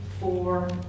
four